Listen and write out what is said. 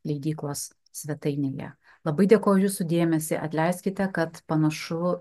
leidyklos svetainėje labai dėkoju jūsų dėmesį atleiskite kad panašu